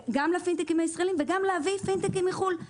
גם לפינטקים הישראליים וגם להביא פינטקים מחו"ל.